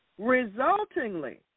Resultingly